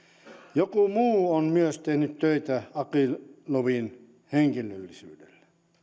joku muu on myös tehnyt töitä akilovin henkilöllisyydellä